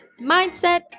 mindset